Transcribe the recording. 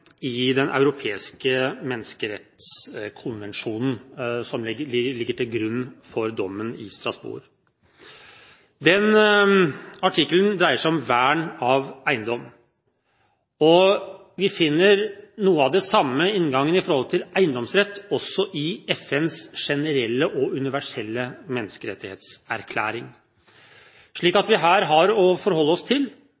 i Den europeiske menneskerettighetskonvensjonen, som ligger til grunn for dommen i Strasbourg. Den artikkelen dreier seg om vern av eiendom, og vi finner noe av den samme inngangen i forhold til eiendomsrett også i FNs generelle og universelle menneskerettighetserklæring, slik